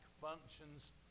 functions